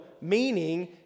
meaning